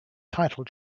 title